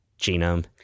genome